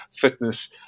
fitness